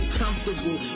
comfortable